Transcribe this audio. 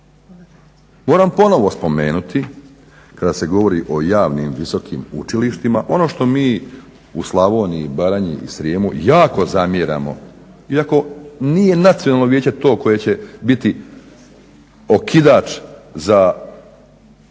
Moram ponovno spomenuti kada se govori o javnim visokim učilištima ono što mi u Slavoniji, Baranji i Srijemu jako zamjeramo, iako nije Nacionalno vijeće to koje će biti okidač za nešto